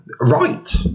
right